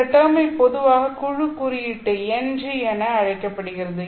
இந்த டேர்ம் பொதுவாக குழு குறியீட்டு Ng என அழைக்கப்படுகிறது